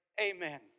amen